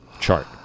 chart